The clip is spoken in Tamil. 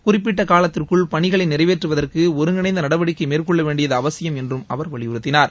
குறிப்பிட்ட காலத்திற்குள் பணிகளை நிறைவேற்றுவதற்கு ஒருங்கிணைந்த நடவடிக்கை மேற்கொள்ள வேண்டியது அவசியம் என்றும் அவர் வலியுறுத்தினார்